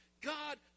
God